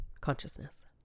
consciousness